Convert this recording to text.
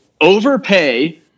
overpay